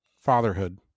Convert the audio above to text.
fatherhood